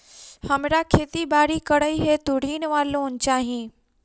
हमरा खेती बाड़ी करै हेतु ऋण वा लोन चाहि?